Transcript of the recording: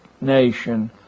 nation